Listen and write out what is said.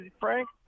Frank